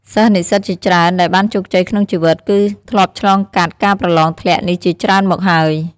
សិស្សនិស្សិតជាច្រើនដែលបានជោគជ័យក្នុងជីវិត គឺធ្លាប់ឆ្លងកាត់ការប្រលងធ្លាក់នេះជាច្រើនមកហើយ។